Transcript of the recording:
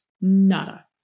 Nada